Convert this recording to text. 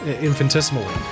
infinitesimally